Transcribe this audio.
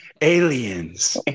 aliens